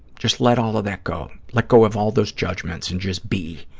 just let all of that go. let go of all those judgments and just be,